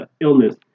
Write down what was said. Illness